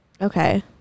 Okay